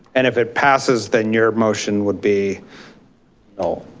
and if it passes then your motion would be null.